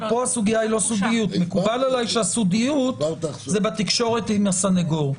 מקובל עליי שהסודיות זה בתקשורת עם הסנגור,